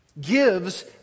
gives